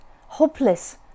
hopeless